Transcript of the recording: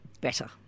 better